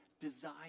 desire